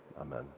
Amen